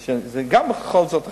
זה גם בכל זאת אחרת,